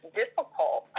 difficult